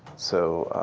so